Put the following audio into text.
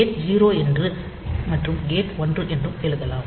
gate 0 என்றும் மற்றும் gate 1 என்றும் இருக்கலாம்